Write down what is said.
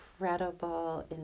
incredible